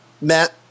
Matt